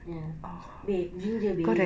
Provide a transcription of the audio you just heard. ya babe ginger babe